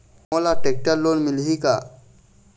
मोला tractor loan मिलही का?